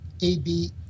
AB